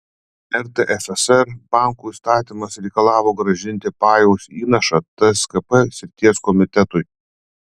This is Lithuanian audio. rtfsr bankų įstatymas reikalavo grąžinti pajaus įnašą tskp srities komitetui